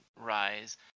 rise